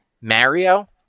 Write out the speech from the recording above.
Mario